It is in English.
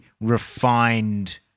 refined